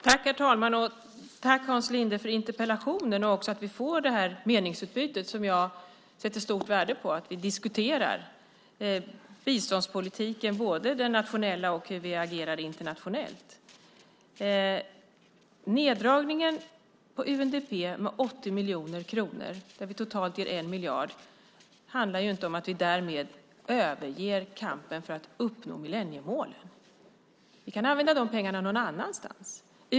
Herr talman! Tack, Hans Linde, för interpellationen och för att vi får det här meningsutbytet. Jag sätter stort värde på att vi får diskutera både den nationella biståndspolitiken och hur vi agerar internationellt. Neddragningen till UNDP med 80 miljoner kronor, där vi totalt ger 1 miljard, handlar ju inte om att vi därmed överger kampen för att uppnå millenniemålen. Vi kan använda de pengarna någon annanstans.